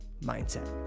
mindset